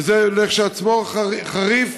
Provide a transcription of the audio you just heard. וזה כשלעצמו חריף,